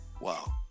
wow